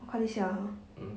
我看一下 ah